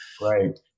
Right